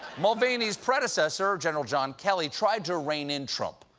mulvaney's predecessor, general john kelly, tried to rein in trump,